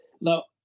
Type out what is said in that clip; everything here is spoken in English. Now